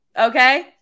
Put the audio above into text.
okay